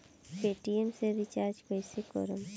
Paytm से recharge कईसे करम?